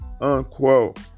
unquote